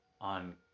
on